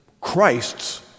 Christ's